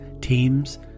teams